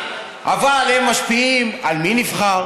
אבל הם משפיעים על מי נבחר